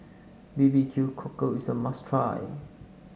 B B Q Cockle is a must try